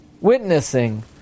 witnessing